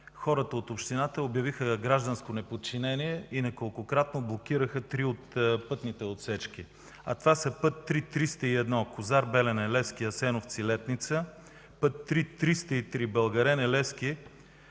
хората от общината обявиха гражданско неподчинение и неколкократно блокираха три от пътните отсечки. Това са път ІІІ 301 Козар – Белене – Левски – Асеновци – Летница, път ІІІ-303 Българене – Левски